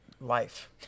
life